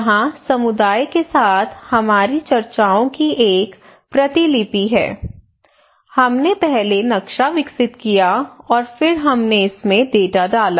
यहां समुदाय के साथ हमारी चर्चाओं की एक प्रतिलिपि है हमने पहले नक्शा विकसित किया और फिर हमने इसमें डेटा डाला